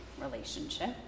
relationship